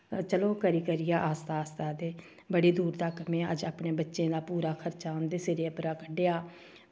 चलो करी करियै आस्ता आस्ता ते बड़ी दूर तक में अज्ज अपने बच्चें दा पूरा खर्चा उं'दे सिरै परा कड्ढेआ